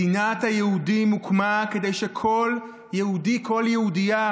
מדינת היהודים הוקמה כדי שכל יהודי וכל יהודייה